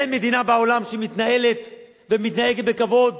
אין מדינה בעולם שמתנהלת ומתנהגת בכבוד